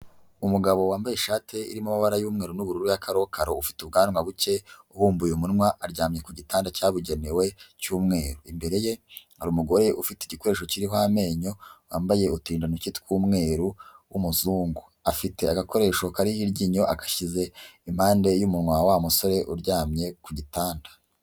Umugabo wambaye ishati irimo amabara y'umweru n'ubururu yakarokaro ufite ubwanwa buke ubumbuye umunwa aryamye ku gitanda cyabugenewe cyumweru, imbere ye hari umugore ufite igikoresho kiriho amenyo, wambaye uturindantoki tw'umweru w'umuzungu, afite agakoresho kariho iryinyo agashyize impande y'umunwa wa wa musore uryamye ku gitanda.